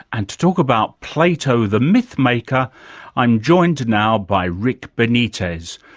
and to talk about plato the myth-maker i'm joined now by rick benitez,